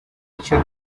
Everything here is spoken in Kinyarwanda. icyo